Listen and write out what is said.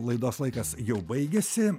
laikos laikas jau baigėsi